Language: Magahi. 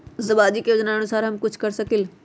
सामाजिक योजनानुसार हम कुछ कर सकील?